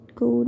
go